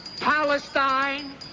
Palestine